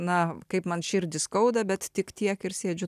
na kaip man širdį skauda bet tik tiek ir sėdžiu